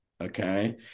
Okay